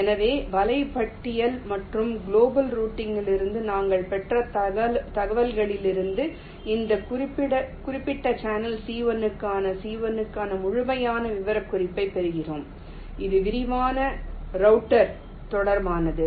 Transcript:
எனவே வலை பட்டியல் மற்றும் குளோபல் ரூட்டிங்கிலிருந்து நாங்கள் பெற்ற தகவல்களிலிருந்து இந்த குறிப்பிட்ட சேனல் C 1 க்கான C 1 க்கான முழுமையான விவரக்குறிப்பைப் பெறுகிறோம் இது விரிவான ரௌட்டர் தொடர்பானது